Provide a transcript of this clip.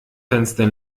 fenster